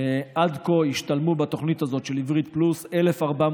עד כה השתלמו בתוכנית הזאת, "עברית פלוס" 1,400